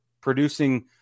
producing